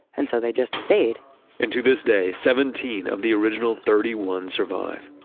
and so they just stayed and to this day, seventeen of the original thirty one survive,